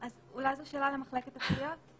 אולי זו שאלה למחלקת התביעות?